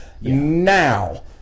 Now